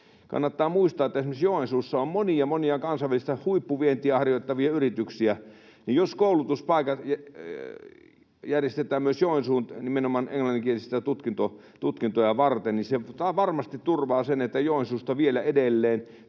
Kannattaa muistaa, että esimerkiksi Joensuussa on monia, monia kansainvälistä huippuvientiä harjoittavia yrityksiä, ja jos koulutuspaikat järjestetään myös Joensuuhun nimenomaan englanninkielisiä tutkintoja varten, niin se varmasti turvaa sen, että Joensuussa vielä edelleen